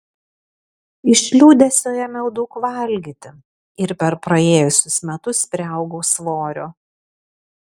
iš liūdesio ėmiau daug valgyti ir per praėjusius metus priaugau svorio